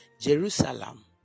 Jerusalem